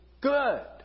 good